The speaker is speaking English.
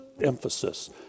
emphasis